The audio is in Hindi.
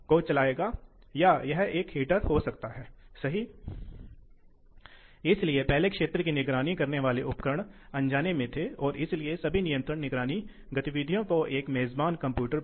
तो अंत में हम इस पर भी चर्चा करेंगे कि चर्चा के दौरान कब किस प्रकार के प्रवाह नियंत्रण या ड्राइव को चुनना है